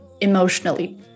emotionally